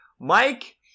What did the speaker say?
Mike